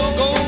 go